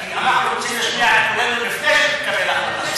כי אנחנו רוצים להשמיע את קולנו לפני שמתקבלת החלטה.